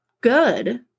good